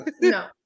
no